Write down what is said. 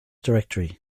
directory